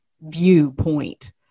viewpoint